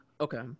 okay